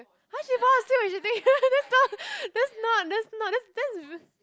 how she fall asleep when she teaching your sister that's not that's not that's not that's that's ve~